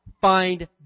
find